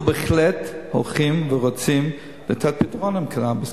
אנחנו בהחלט הולכים ורוצים לתת פתרון של קנאביס,